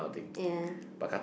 ya